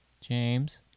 James